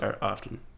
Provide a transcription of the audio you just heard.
often